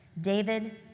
David